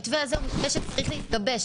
המתווה הזה צריך להתגבש.